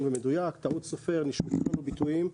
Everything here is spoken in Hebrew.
נעשתה טעות סופר ונשמטו לנו ביטויים.